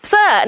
Sir